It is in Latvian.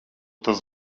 tas